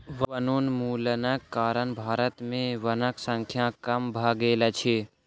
वनोन्मूलनक कारण भारत में वनक संख्या कम भ गेल अछि